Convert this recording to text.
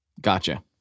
Gotcha